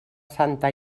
santa